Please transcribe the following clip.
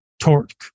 torque